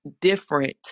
different